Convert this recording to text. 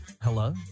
Hello